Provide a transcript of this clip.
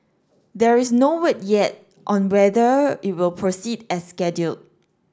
there is no word yet on whether it will proceed as scheduled